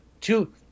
two